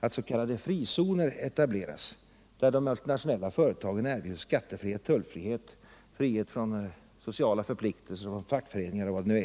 att s.k. frizoner etableras, där de multinationella företagen erbjuds skattefrihet, tullfrihet, frihet från sociala förpliktelser, frihet från fackföreningar osv.